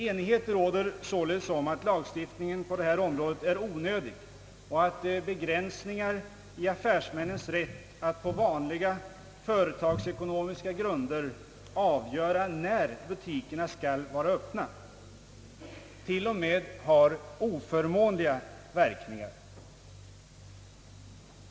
Enighet råder således om att lagstiftningen på det här området är onödig och att till och med begränsningar i affärsmännens rätt att på vanliga företagsekonomiska grunder avgöra, när butikerna skall vara öppna, har oförmånliga verkningar.